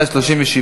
סעיפים 1 2 נתקבלו.